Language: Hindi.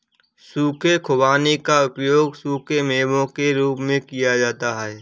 सूखे खुबानी का उपयोग सूखे मेवों के रूप में किया जाता है